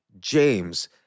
James